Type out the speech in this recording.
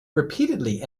repeatedly